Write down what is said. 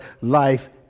life